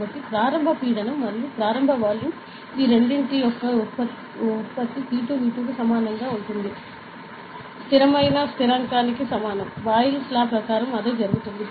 కాబట్టి ప్రారంభ పీడనం మరియు ప్రారంభ వాల్యూమ్ ఆ రెండింటి యొక్క ఉత్పత్తి P2V2 కు సమానంగా ఉంటుంది స్థిరమైన స్థిరాంకానికి సమానం బాయిల్ లా ప్రకారం అదే జరుగుతుంది